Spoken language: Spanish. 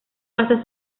pasa